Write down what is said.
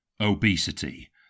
Obesity